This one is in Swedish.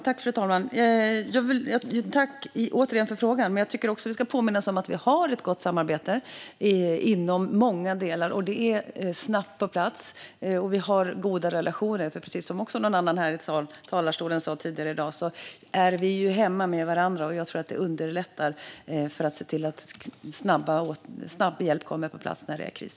Fru talman! Jag tackar återigen för frågan. Men jag tycker också att vi ska påminna oss om att vi inom många delar har ett gott samarbete som är på plats snabbt. Vi har goda relationer. Som någon annan sa här i talarstolen tidigare i dag är vi hemma med varandra. Jag tror att det underlättar för att se till att snabb hjälp kommer på plats när det är kris.